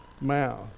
Mouth